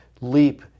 leap